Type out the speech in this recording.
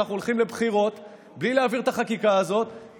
אנחנו הולכים לבחירות בלי להעביר את החקיקה הזאת,